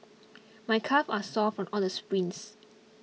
my calves are sore from all the sprints